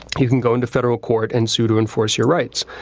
you can go into federal court and sue to enforce your rights.